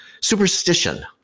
superstition